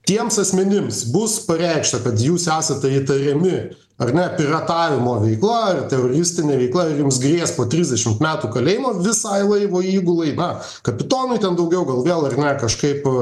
tiems asmenims bus pareikšta kad jūs esate įtariami ar ne piratavimo veikla teroristine veikla ir jums grės po trisdešimt metų kalėjimo visai laivo įgulai na kapitonui ten daugiau gal vėl ar ne kažkaip